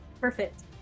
Perfect